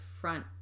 front